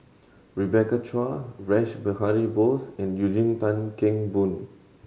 Rebecca Chua Rash Behari Bose and Eugene Tan Kheng Boon